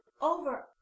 over